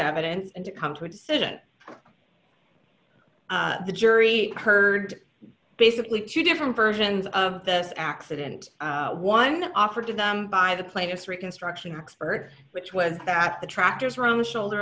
evidence and to come to a decision the jury heard basically two different versions of this accident one offered by the plaintiff's reconstruction expert which was that the tractor's wrong shoulder